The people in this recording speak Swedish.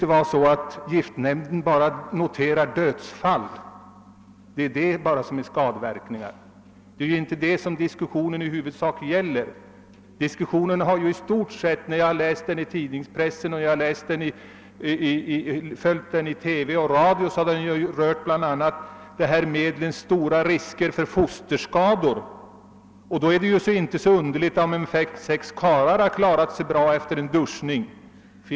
Det tycks som om giftnämnden bara noterar dödsfall såsom skadeverkningar, men det är inte detta diskussionen främst gäller. Diskussionen i tidningspressen, i TV och radio har i stor utsträckning gällt de risker för fosterskador som de här medlen medför. Därför är det inte så underligt om man finner att fem eller sex karlar har klarat sig bra efter duschning med medlen.